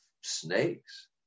snakes